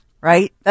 right